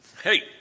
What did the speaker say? Hey